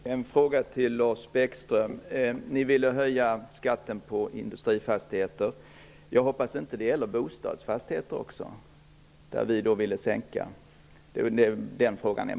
Herr talman! Jag har en fråga till Lars Bäckström. Ni ville höja skatten på industrifastigheter. Det gäller väl inte bostadsfastigheter också? Där vill vi sänka skatten.